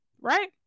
right